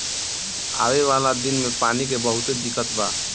आवे वाला दिन मे पानी के बहुते दिक्कत बा